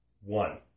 One